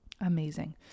amazing